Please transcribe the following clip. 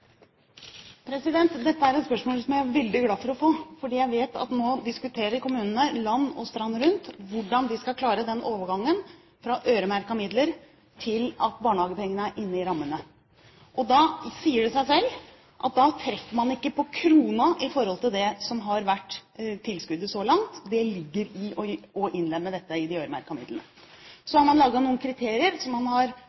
Dette er et spørsmål jeg er veldig glad for å få, for jeg vet at kommunene land og strand rundt nå diskuterer hvordan de skal klare overgangen fra øremerkede midler til det at barnehagepengene er inne i rammene. Det sier seg selv at da treffer man ikke på kronen i forhold til det som har vært tilskuddet så langt, det ligger i det å innlemme dette i de